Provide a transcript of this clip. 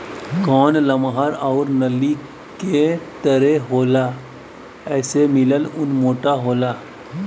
कान लमहर आउर नली के तरे होला एसे मिलल ऊन मोटा होला